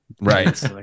right